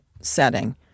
setting